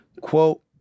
Quote